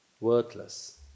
worthless